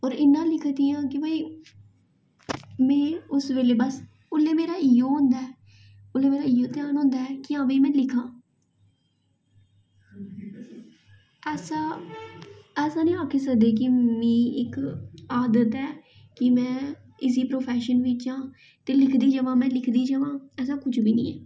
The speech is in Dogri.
होर इन्ना लिखदी आं कि भाई में उस बेल्लै बस ओल्लै मेरा इ'यो होंदा ऐ ओल्लै मेरा इ'यो ध्यान होंदा ऐ कि हां भाई में लिखां ऐसा ऐसा निं आखी सकदे कि मी इक आदत ऐ कि में इस्सी प्रोफैशन बिच्च आं ते लिखदी जावां में लिखदी जावां ऐसा कुछ बी निं ऐ